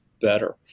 better